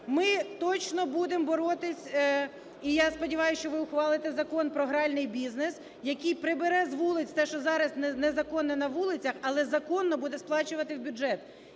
Ми точно будемо боротися, і я сподіваюся, що ви ухвалите Закон про гральний бізнес, який прибере з вулиць те, що зараз незаконно на вулицях, але законно буде сплачувати в бюджет.